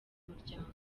muryango